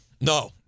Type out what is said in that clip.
No